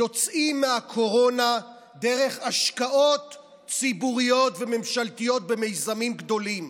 יוצאים מהקורונה דרך השקעות ציבוריות וממשלתיות במיזמים גדולים.